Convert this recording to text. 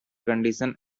condition